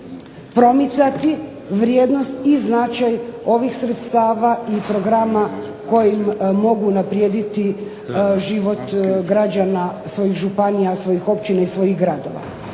promicati vrijednost i značaj ovih sredstava i programa koji mogu unaprijediti život građana, svojih županija, svojih općina, svojih gradova.